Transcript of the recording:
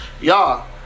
Y'all